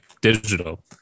digital